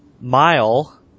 Mile